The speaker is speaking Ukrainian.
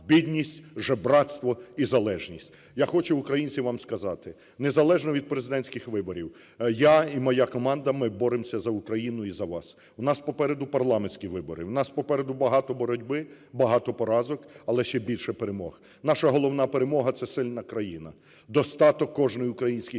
бідність, жебрацтво і залежність. Я хочу, українці, вам сказати, незалежно від президентських виборів я і моя команда, ми боремся за Україну і за вас. У нас попереду парламентські вибори, у нас попереду багато боротьби, багато поразок, але ще більше перемог. Наша головна перемога – це сильна країна, достаток кожної української сім'ї,